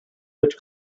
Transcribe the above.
which